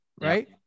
right